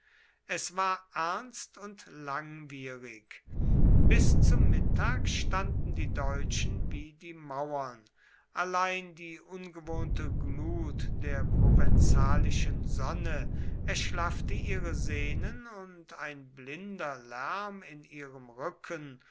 es war ernst und langwierig bis zum mittag standen die deutschen wie die mauern allein die ungewohnte glut der provencalischen sonne erschlaffte ihre sehnen und ein blinder lärm in ihrem rücken